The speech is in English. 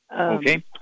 Okay